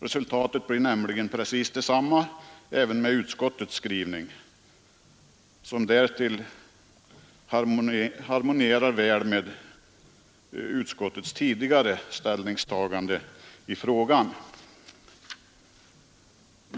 Resultatet blir nämligen precis detsamma även med utskottets skrivning, som därtill harmonierar väl med utskottets tidigare ställningstagande i frågan.